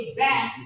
back